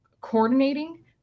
coordinating